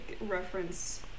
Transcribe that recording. reference